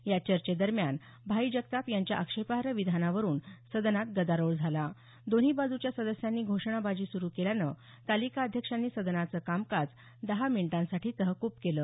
या चर्चेदरम्यान भाई जगताप यांच्या आक्षेपार्ह विधानावरून सदनात गदारोळ झाला दोन्ही बाजूच्या सदस्यांनी घोषणाबाजी सुरू केल्यानं तालिका अध्यक्षांनी सदनाचं कामकाज दहा मिनिटांसाठी तहकूब केलं